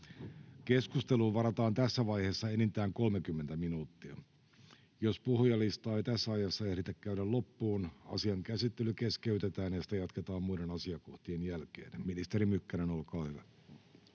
Keskusteluun varataan tässä vaiheessa enintään 30 minuuttia. Jos puhujalistaa ei tässä ajassa ehditä käydä loppuun, asian käsittely keskeytetään ja sitä jatketaan muiden asiakohtien jälkeen. — Ministeri Mykkänen, olkaa hyvä.